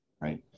right